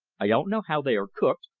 i don't know how they are cooked,